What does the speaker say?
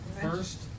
first